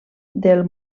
del